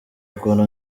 ukuntu